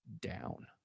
down